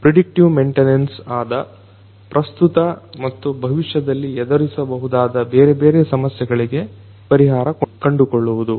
predictive maintenance ಆದ ಪ್ರಸ್ತುತ ಮತ್ತು ಭವಿಷ್ಯದಲ್ಲಿ ಎದುರಿಸಬಹುದಾದ ಬೇರೆ ಬೇರೆ ಸಮಸ್ಯೆಗಳಿಗೆ ಪರಿಹಾರ ಕಂಡುಕೊಳ್ಳುವುದು